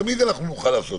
תמיד נוכל לעשות.